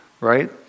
right